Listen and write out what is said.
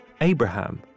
Abraham